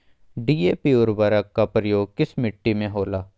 DAP उर्वरक का प्रयोग किस मिट्टी में होला?